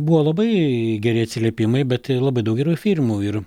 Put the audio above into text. buvo labai geri atsiliepimai bet ir labai daug gerų firmų ir